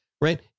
right